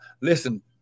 Listen